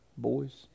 Boys